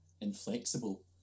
inflexible